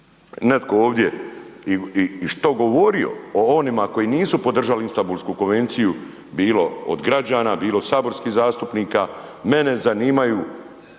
neko ovdje i šta govorio o onima koji nisu podržali Istambulsku konvenciju bilo od građana, bilo od saborskih zastupnika, mene zanimaju